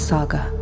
Saga